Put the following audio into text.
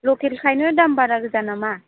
लकेलखायनो दाम बारागोजा नामा